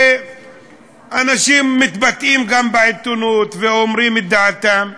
ואנשים מתבטאים גם בעיתונות ואומרים את דעתם,